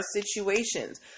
situations